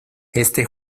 este